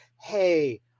hey